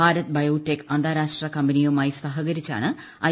Bharat Biotech അന്താരാഷ്ട്ര കമ്പനിയുമായി സഹകരിച്ചാണ് ഐ